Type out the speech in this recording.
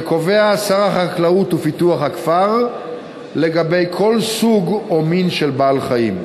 שקובע שר החקלאות ופיתוח הכפר לגבי כל סוג או מין של בעל-חיים.